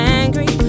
angry